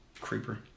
Creeper